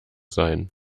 sein